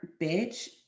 bitch